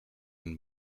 and